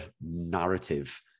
narrative